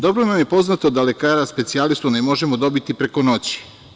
Dobro nam je poznato da lekara specijalistu ne možemo dobiti preko noći.